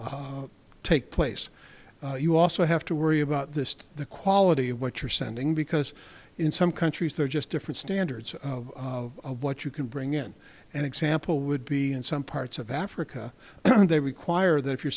take play yes you also have to worry about this the quality of what you're sending because in some countries they're just different standards of what you can bring in an example would be in some parts of africa and they require that if you're